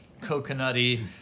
coconutty